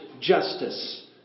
justice